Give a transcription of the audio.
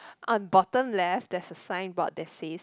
on bottom left there is a signboard there says